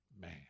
man